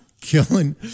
killing